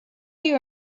you